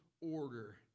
order